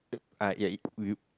ah ya it you